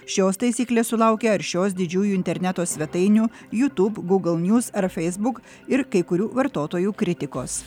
šios taisyklės sulaukė aršios didžiųjų interneto svetainių youtube google news ar facebook ir kai kurių vartotojų kritikos